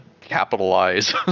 capitalize